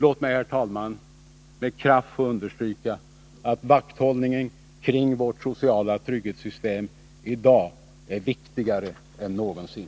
Låt mig, herr talman, med kraft understryka att vakthållningen kring vårt sociala trygghetssystem i dag är viktigare än någonsin.